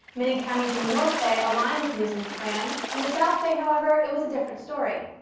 many counties in the north bay aligned with newsom's plan. in the south bay, however, it was a different story.